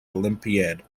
olympiad